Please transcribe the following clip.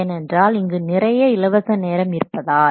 ஏனென்றால் இங்கு நிறைய இலவச நேரம் இருப்பதால்